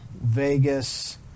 Vegas